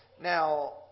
Now